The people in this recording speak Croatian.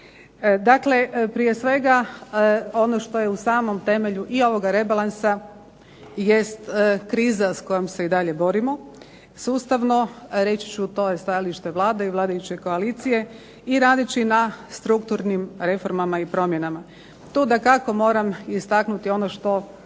Dakle prije svega, ono što je u samom temelju i ovoga rebalansa jest kriza s kojom se i dalje borimo sustavno, reći ću to je stajalište Vlade i vladajuće koalicije i radeći na strukturnim reformama i promjenama. Tu dakako moram istaknuti ono što